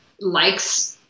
likes